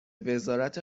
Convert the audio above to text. وزارت